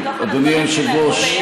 לתוכן הדברים שנאמרו באי-אמון?